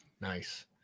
Nice